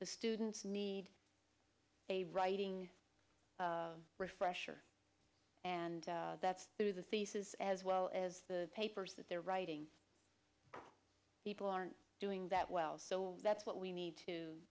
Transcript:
the students need a writing refresher and that's through the thesis as well as the papers that they're writing people aren't doing that well so that's what we need to